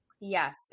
Yes